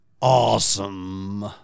awesome